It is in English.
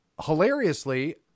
Hilariously